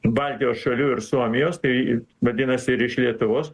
baltijos šalių ir suomijos tai vadinasi ir iš lietuvos